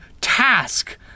task